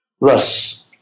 Thus